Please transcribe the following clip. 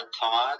Todd